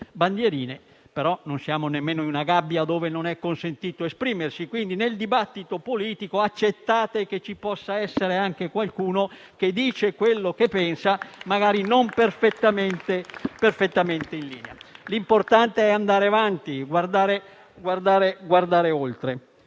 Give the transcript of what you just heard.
bandierine; non siamo però nemmeno in una gabbia dove non è consentito esprimersi. Quindi, nel dibattito politico accettate che ci possa essere anche qualcuno che dice quello che pensa, magari non perfettamente in linea. L'importante è andare avanti e guardare oltre.